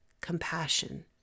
compassion